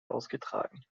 ausgetragen